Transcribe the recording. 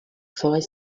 forest